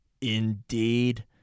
indeed